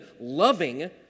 loving